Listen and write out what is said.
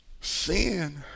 Sin